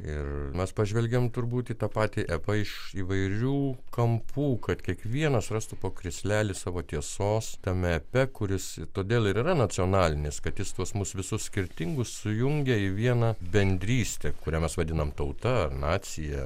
ir mes pažvelgėm turbūt į tą patį epą iš įvairių kampų kad kiekvienas rastų po krislelį savo tiesos tame epe kuris todėl ir yra nacionalinis kad jis tuos mus visus skirtingus sujungia į vieną bendrystę kurią mes vadinam tauta nacija